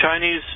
Chinese